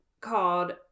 called